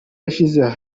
yashyize